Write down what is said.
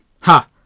Ha